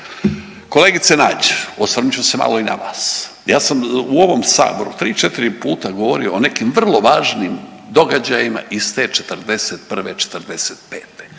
Kolegice Nađ, osvrnut ću se malo i na vas. Ja sam u ovom Saboru tri, četiri puta govorio o nekim vrlo važnim događajima iz te '41., '45.